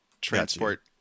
transport